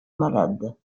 malade